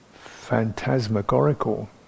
phantasmagorical